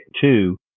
two